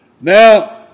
Now